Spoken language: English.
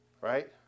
Right